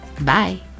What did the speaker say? bye